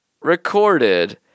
recorded